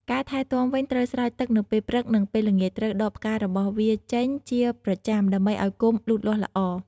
ការថែទាំវិញ ត្រូវស្រោចទឹកនៅពេលព្រឹក និងពេលល្ងាច ត្រូវដកផ្ការបស់វាចេញជាប្រចាំ ដើម្បីឱ្យគុម្ពលូតលាស់ល្អ។